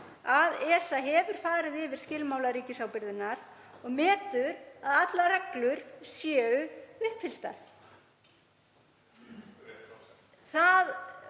að ESA hefur farið yfir skilmála ríkisábyrgðarinnar og metur að allar reglur séu uppfylltar.